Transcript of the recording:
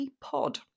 pod